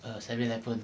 err seven eleven